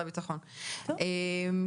שהוא יכול להוריד את האנטנות,